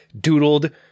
doodled